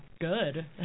good